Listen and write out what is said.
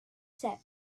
set